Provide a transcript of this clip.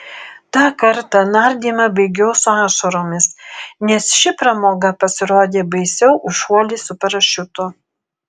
tą kartą nardymą baigiau su ašaromis nes ši pramoga pasirodė baisiau už šuolį su parašiutu